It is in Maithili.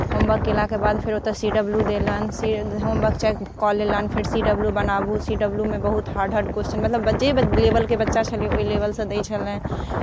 होमवर्क कयलाके बाद फेर ओतय सी डब्लू देलनि से होमवर्क चेक कऽ लेलनि फेर सी डब्लू बनाबू सी डब्लू मे बहुत हार्ड हार्ड क्वेस्चन मतलब जाहि लेवलके बच्चा छलै ओहि लेवलसँ दै छलनि